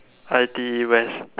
I_T_E West